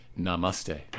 Namaste